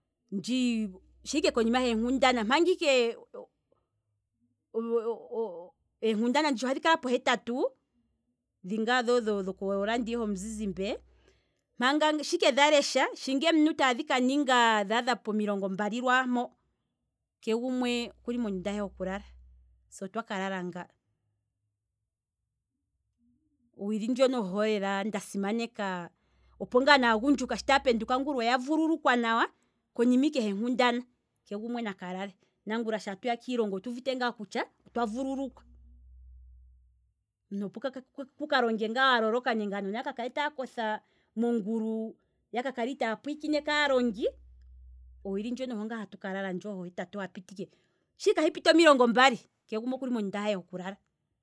Ndjii, shiike konima henkindana, eenkundana nditsha ohadhi kala pohetatu, dhi ngaa dho radio homu zizimbe, mpaka, shiike dha lesha, sho ngaa eminute tadhi kaninga omilongo mbali lwaa mpo, keshe gumwe okuli mondunda he hoku lala, se otwa ka lala nga, owilindjoka oho lela nda simaneka opo ngaa nagundjuka sho taya penduka ngula oya vululukwa nawa, konima ike hee nkundana keshe gumwe nakalale, opo ngaa ngula sho tatu ya kiilonga otu wete kutya otwa vululukwa, omuntu opo kuka longe ngaa waloloka nenge aanona kaya ka kothe mongulu ya kakale itaya pwiikine aalongi, owili ndjono oho ngaa hatu kalala ndjo ho hetatu, shii ke tahi piti omilongo mbali, keshe gumwe okuli mondunda haye hoku lala.